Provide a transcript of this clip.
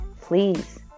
Please